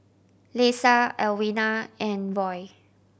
Leisa Alwina and Roy